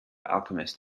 alchemist